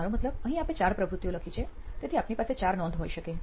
મારો મતલબ અહીં આપે ચાર પ્રવૃત્તિઓ લખી છે તેથી આપની પાસે ચાર નોંધ હોઈ શકે છે